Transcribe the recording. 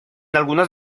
algunas